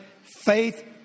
Faith